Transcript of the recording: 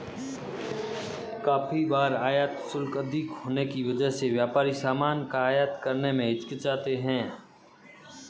काफी बार आयात शुल्क अधिक होने की वजह से व्यापारी सामान का आयात करने में हिचकिचाते हैं